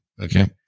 Okay